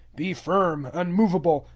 be firm, unmovable,